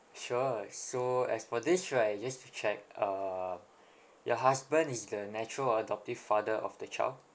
sure so as for this right just to check um your husband is the natural or adoptive father of the child